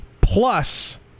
plus